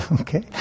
Okay